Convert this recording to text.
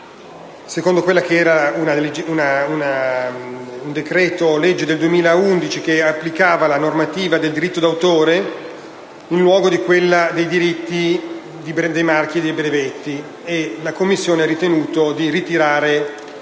secondo un decreto‑legge del 2011 che applicava la normativa del diritto d'autore in luogo di quella dei diritti dei marchi e dei brevetti. La Commissione ha ritenuto di sopprimere questo